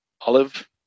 Olive